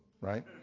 right